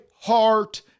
heart